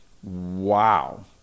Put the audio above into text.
Wow